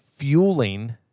Fueling